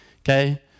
Okay